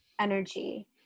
energy